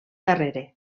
darrere